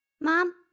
Mom